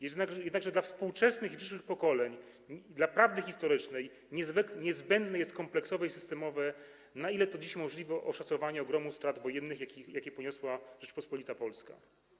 Jednakże dla współczesnych i przyszłych pokoleń, dla prawdy historycznej niezbędne jest kompleksowe i systemowe, na ile to dziś możliwe, oszacowanie ogromu strat wojennych, jakie poniosła Rzeczpospolita Polska.